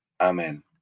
Amen